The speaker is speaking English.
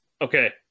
Okay